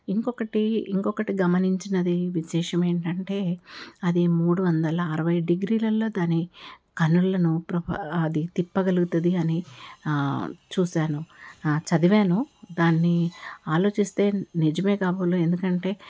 ఇంకొకటి ఇంకొకటి గమనించిది విశేషం ఏంటంటే అది మూడువందల అరవై డిగ్రీలల్లో దాని కన్నులను ప్రప అది తిప్పగలుగుతది అని చూశాను చదివాను దాన్ని ఆలోచిస్తే నిజమే కాబోలు ఎందుకంటే